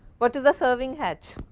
what is the serving hatch,